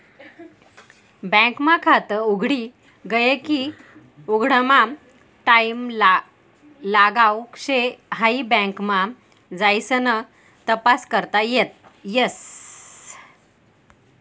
bank मा खात उघडी गये की उघडामा टाईम लागाव शे हाई बँक मा जाइसन तपास करता येस